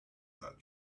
that